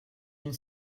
une